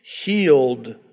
healed